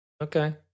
Okay